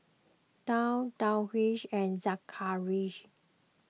Daud Darwish and Zakarias